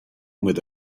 with